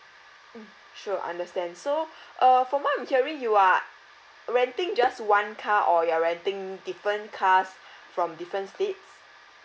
mm sure I understand so uh from what I'm hearing you are renting just one car or you are renting different cars from different states